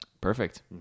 Perfect